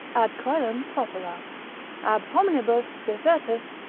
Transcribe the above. ad coelum propera ab hominibus desertus,